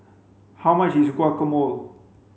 how much is Guacamole